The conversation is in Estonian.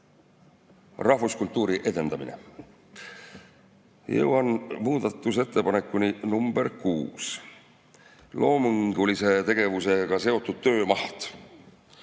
rahvuskultuuri edendamine. Jõuan muudatusettepanekuni nr 6: loomingulise tegevusega seotud töö maht.